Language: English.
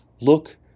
Look